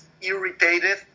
irritated